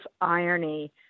irony